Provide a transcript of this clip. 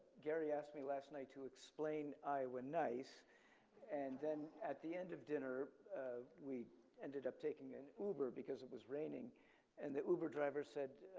gerry asked me last night to explain iowa nice and then at the end of dinner we ended up taking an uber because it was raining and the uber driver said,